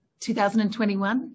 2021